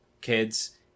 kids